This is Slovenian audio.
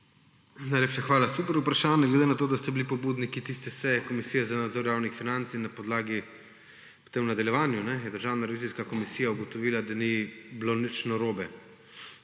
Najlepša hvala. Super vprašanje, glede na to, da ste bili pobudniki tiste seje Komisije za nadzor javnih financ, in na podlagi potem v nadaljevanju je Državna revizijska komisija ugotovila, da ni bilo nič narobe,